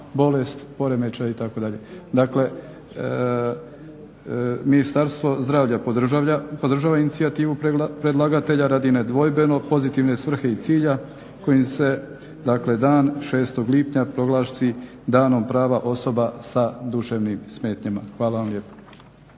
bolest, poremećaj itd. Dakle, Ministarstvo zdravlja podržava inicijativu predlagatelja radi nedvojbeno pozitivne svrhe i cilja kojim se dakle dan 6. lipnja proglasi Danom prava osoba s duševnim smetnjama. Hvala vam lijepa.